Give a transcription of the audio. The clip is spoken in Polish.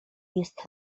jest